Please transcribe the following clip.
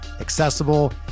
accessible